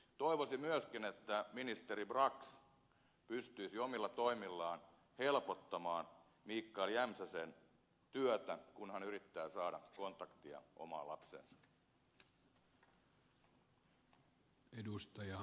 toivoisin myöskin että ministeri brax pystyisi omilla toimillaan helpottamaan mikael jämsäsen työtä kun hän yrittää saada kontaktia omaan lapseensa